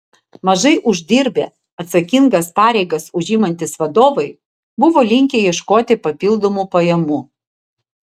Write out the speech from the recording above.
mažai uždirbę atsakingas pareigas užimantys vadovai buvo linkę ieškoti papildomų pajamų